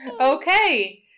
Okay